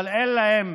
אבל אין להם